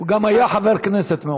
הוא גם היה חבר כנסת מעולה.